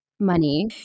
money